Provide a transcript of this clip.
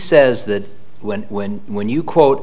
says that when when when you quote